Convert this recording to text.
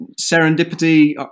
serendipity